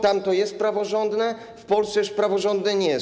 Tam to jest praworządne, w Polsce już praworządne nie jest.